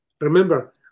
Remember